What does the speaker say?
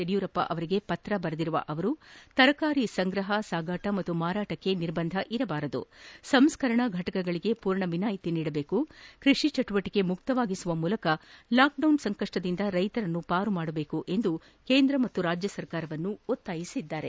ಯಡಿಯೂರಪ್ಪ ಅವರಿಗೆ ಪತ್ರ ಬರೆದಿರುವ ಅವರು ತರಕಾರಿ ಸಂಗ್ರಹಣೆ ಸಾಗಾಟ ಮತ್ತು ಮಾರಾಟಕ್ಕೆ ನಿರ್ಬಂಧ ಇರಬಾರದು ಸಂಸ್ಕರಣಾ ಘಟಕಗಳಿಗೆ ಮೂರ್ಣ ವಿನಾಯಿತಿ ನೀಡಬೇಕು ಕೃಷಿ ಚಟುವಟಿಕೆ ಮುಕ್ತವಾಗಿಸುವ ಮೂಲಕ ಲಾಕ್ಡೌನ್ ಸಂಕಷ್ಟದಿಂದ ರೈತರನ್ನು ಪಾರು ಮಾಡಬೇಕು ಎಂದು ಕೇಂದ್ರ ಮತ್ತು ರಾಜ್ಯ ಸರ್ಕಾರವನ್ನು ಒತ್ತಾಯಿಸಿದ್ದಾರೆ